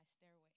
stairway